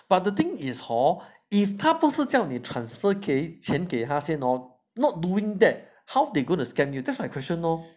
but the thing is hor if 他不是叫你 transfer 钱钱给他先 hor not doing that how they going scam you that's my question lor